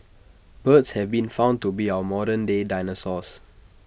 birds have been found to be our modern day dinosaurs